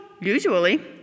Usually